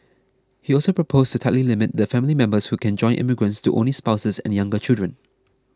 he also proposed to tightly limit the family members who can join immigrants to only spouses and younger children